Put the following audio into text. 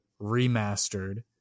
remastered